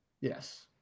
Yes